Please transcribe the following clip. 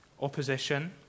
opposition